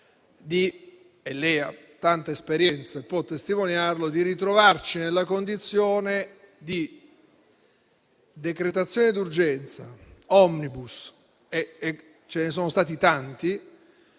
di ritrovarci nella condizione di una decretazione d'urgenza *omnibus* (ci sono stati tanti